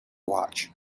watch